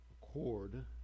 cord